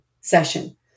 session